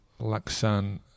Laksan